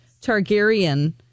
Targaryen